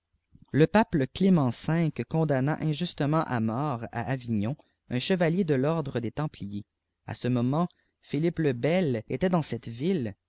le pape qément v condamna injustement à mort à avignon uii chevalier de l'ordre des templiers a ce moment philippe lebel était dans cette ville